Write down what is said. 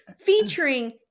featuring